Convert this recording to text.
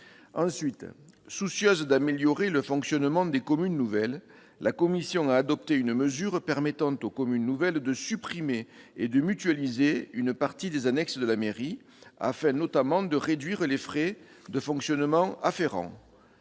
Ensuite, soucieuse d'améliorer leur fonctionnement, la commission a adopté une mesure permettant aux communes nouvelles de supprimer et de mutualiser une partie des annexes de la mairie, afin notamment de réduire les frais de fonctionnement afférents.